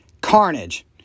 Carnage